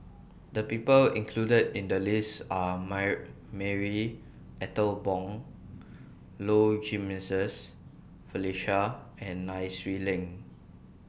The People included in The lists Are Marie Ethel Bong Low Jimenez Felicia and Nai Swee Leng